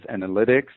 analytics